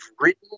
written